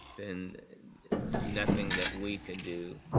then nothing that we can do